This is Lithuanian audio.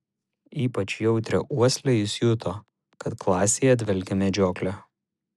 ypač jautria uosle jis juto kad klasėje dvelkė medžiokle